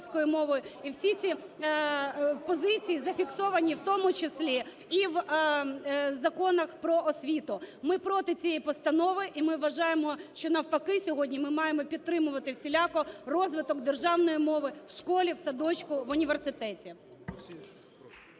і всі ці позиції зафіксовані, в тому числі, і в законах про освіту. Ми проти цієї постанови, і ми вважаємо, що навпаки сьогодні ми маємо підтримувати всіляко розвиток державної мови в школі, в садочку, в університеті.